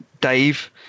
Dave